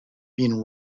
been